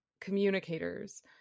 communicators